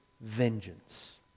vengeance